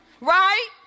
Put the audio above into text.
Right